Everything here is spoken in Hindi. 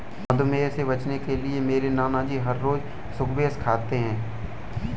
मधुमेह से बचने के लिए मेरे नानाजी हर रोज स्क्वैश खाते हैं